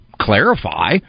clarify